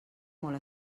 molt